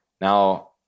Now